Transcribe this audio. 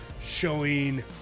showing